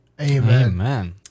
Amen